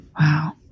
Wow